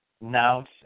now